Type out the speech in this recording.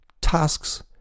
tasks